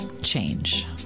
change